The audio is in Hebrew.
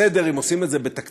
זה בסדר אם עושים את זה בתקציב,